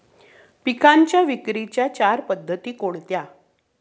पिकांच्या विक्रीच्या चार पद्धती कोणत्या?